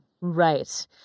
Right